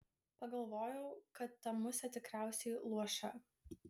pagalvojau kad ta musė tikriausiai luoša